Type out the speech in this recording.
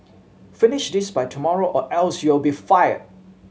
finish this by tomorrow or else you'll be fired